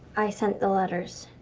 i sent the letters.